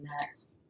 next